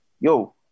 Yo